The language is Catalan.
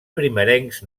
primerencs